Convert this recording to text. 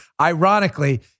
ironically